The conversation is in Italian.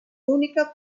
unica